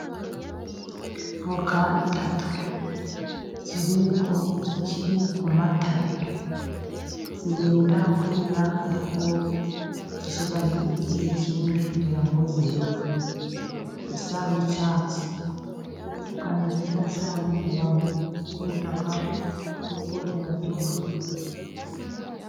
Voka itatu ziri ku matabi zirenda kwera ariko zisigaje igihe kinini kugira zere. Zisa n'icyatsi ni nziza cyane abantu bazikunda kuko ziraryohaha.